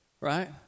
right